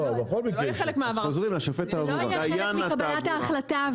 זה לא יהיה חלק מקבלת ההחלטה.